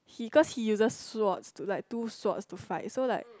he cause he uses swords to like two swords to fight so like